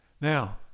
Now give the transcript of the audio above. Now